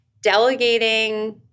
delegating